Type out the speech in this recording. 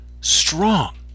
strong